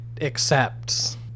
accepts